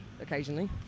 occasionally